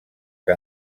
que